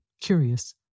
curious